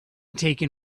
taken